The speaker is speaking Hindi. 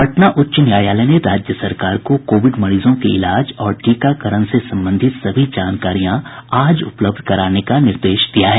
पटना उच्च न्यायालय ने राज्य सरकार को कोविड मरीजों के इलाज और टीकाकरण से संबंधित सभी जानकारियां आज उपलब्ध कराने का निर्देश दिया है